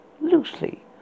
loosely